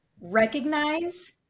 Recognize